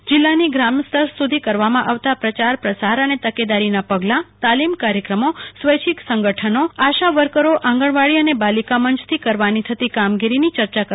જેમાં જિલ્લાની ગ્રામસ્તર સુધીકરવામાં આવતા પ્રચાર પ્રસાર અને તકેદારીના પગલાં તાલીમ કાર્યક્રમો સ્વૈચ્છિક સંગઠનો જેમાં આશાવકીરો આંગણવાડી અને બાલિકામંચથી કરવાની કામગીરીની ચર્ચા કરવામાં આવી ફતી